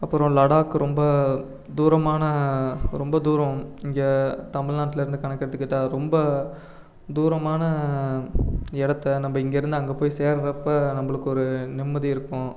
அப்புறம் லடாக் ரொம்ப தூரமான ரொம்ப தூரம் இங்கே தமிழ்நாட்டில் இருந்து கணக்கெடுத்துக்கிட்டால் ரொம்ப தூரமான இடத்தை நம்ம இங்கே இருந்து அங்கே போய் சேர்கிறப்ப நம்மளுக்கு ஒரு நிம்மதி இருக்கும்